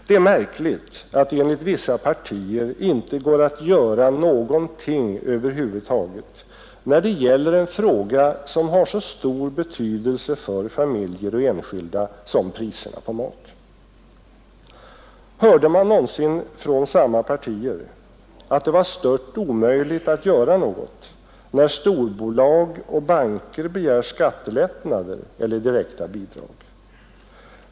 Det är märkligt att det enligt vissa partier inte går att göra någonting över huvud taget när det gäller en fråga som har så stor betydelse för familjer och enskilda som priserna på mat. Hörde man någonsin från samma partier att det var stört omöjligt att göra något, när storbolag och banker begär skattelättnader eller direkta bidrag?